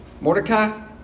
Mordecai